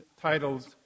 titles